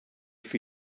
for